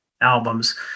albums